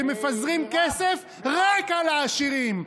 שמפזרים כסף רק על העשירים.